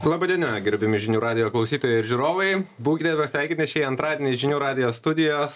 laba diena gerbiami žinių radijo klausytojai ir žiūrovai būkite pasveikinti šį antradienį žinių radijo studijos